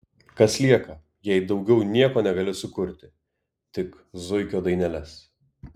kas lieka jei daugiau nieko negali sukurti tik zuikio daineles